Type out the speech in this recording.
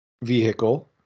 vehicle